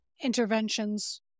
interventions